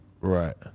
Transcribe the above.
Right